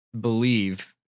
believe